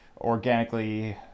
organically